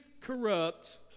corrupt